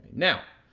now,